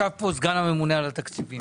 ישב כאן סגן הממונה על התקציבים